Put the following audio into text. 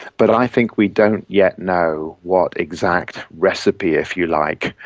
but i think we don't yet know what exact recipe, if you like,